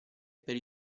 per